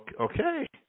Okay